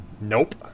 nope